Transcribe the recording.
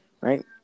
right